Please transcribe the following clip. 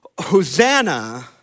Hosanna